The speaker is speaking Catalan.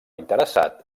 interessat